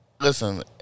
listen